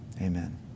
Amen